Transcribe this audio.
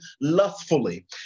lustfully